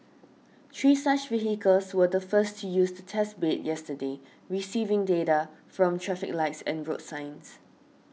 three such vehicles were the first to use the test bed yesterday receiving data from traffic lights and road signs